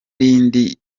rindi